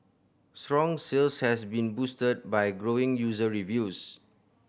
strong sales has been boosted by glowing user reviews